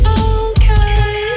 okay